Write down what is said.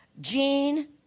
Gene